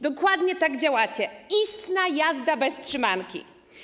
Dokładnie tak działacie - istna jazda bez trzymanki.